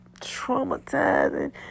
traumatizing